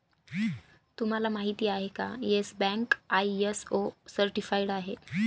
तुम्हाला माहिती आहे का, येस बँक आय.एस.ओ सर्टिफाइड आहे